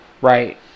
right